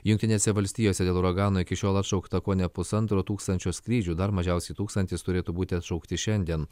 jungtinėse valstijose dėl uragano iki šiol atšaukta kone pusantro tūkstančio skrydžių dar mažiausiai tūkstantis turėtų būti atšaukti šiandien